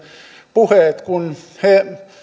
puheet